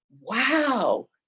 wow